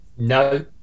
No